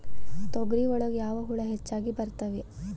ತೊಗರಿ ಒಳಗ ಯಾವ ಹುಳ ಹೆಚ್ಚಾಗಿ ಬರ್ತವೆ?